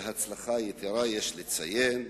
בהצלחה יתירה יש לציין,